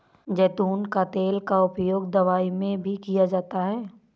ज़ैतून का तेल का उपयोग दवाई में भी किया जाता है